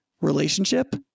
relationship